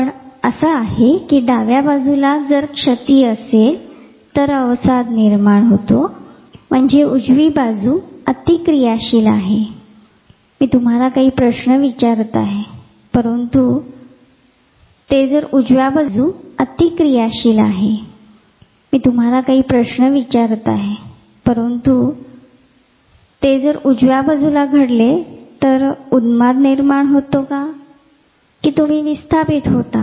मग असे आहे का कि डाव्या बाजूला जर क्षती असेल तर अवसाद निर्माण होतो म्हणजे उजवी बाजू अतिक्रीयाशील आहे मी तुम्हाला काही प्रश्न विचारतो आहे परंतु ते जर उजव्या बाजूला घडले तर उन्माद निर्माण होतो आणि तुम्ही विस्थापित होता